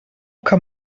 kann